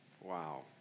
Wow